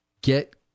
get